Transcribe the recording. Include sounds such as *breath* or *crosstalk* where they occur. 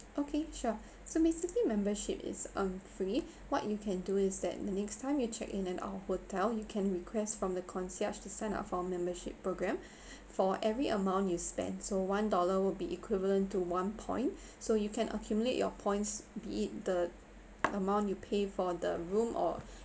okay sure so basically membership is um free what you can do is that the next time you check in at our hotel you can request from the concierge to sign up for our membership programme *breath* for every amount you spend so one dollar will be equivalent to one point *breath* so you can accumulate your points be it the amount you pay for the room or *breath*